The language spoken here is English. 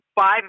five